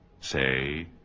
Say